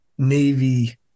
Navy